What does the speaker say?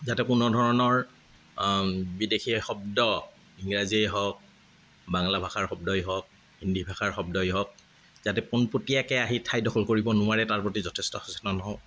যাতে কোনো ধৰণৰ বিদেশী শব্দ ইংৰাজীয়েই হওক বাংলা ভাষাৰ শব্দই হওক হিন্দী ভাষাৰ শব্দই হওক যাতে পোনপটিয়াকে আহি ঠাই দখল কৰিব নোৱাৰে তাৰ প্ৰতি যথেষ্ট সচেতন হওঁ